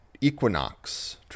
equinox